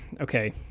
Okay